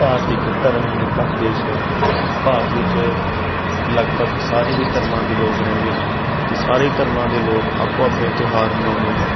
ਭਾਰਤ ਇੱਕ ਧਰਮ ਨਿਰਪੱਖ ਦੇਸ਼ ਹੈ ਭਾਰਤ ਵਿੱਚ ਲਗਭਗ ਸਾਰੇ ਹੀ ਧਰਮਾਂ ਦੇ ਲੋਕ ਰਹਿੰਦੇ ਹਨ ਅਤੇ ਸਾਰੇ ਹੀ ਧਰਮਾਂ ਦੇ ਲੋਕ ਆਪੋ ਆਪਣੇ ਤਿਉਹਾਰ ਮਨਾਉਂਦੇ ਹਨ